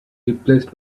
replaced